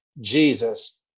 Jesus